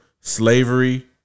slavery